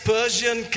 Persian